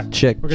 check